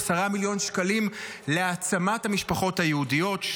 10 מיליון שקלים להעצמת המשפחות היהודיות,